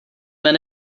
men